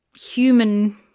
human